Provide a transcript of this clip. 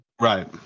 right